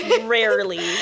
rarely